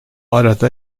arada